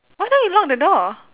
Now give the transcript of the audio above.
why don't you lock the door